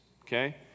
Okay